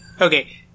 Okay